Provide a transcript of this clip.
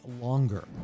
longer